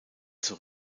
zur